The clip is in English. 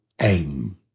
aim